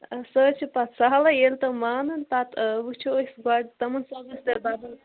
سُہ حظ چھُ پتہٕ سہلٕے ییٚلہِ تِم مانن پتہٕ آ وُچھو أسۍ گۄڈٕ تِمن سوٗزہوٗن تیٚلہِ بدل کانٛہہ